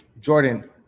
Jordan